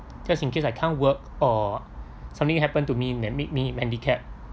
just in case I can't work or something happen to me that made me handicapped